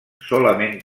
solament